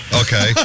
okay